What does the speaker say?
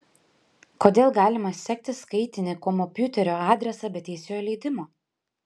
kodėl galima sekti skaitinį komopiuterio adresą be teisėjo leidimo